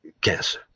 cancer